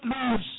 lose